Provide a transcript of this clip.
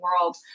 world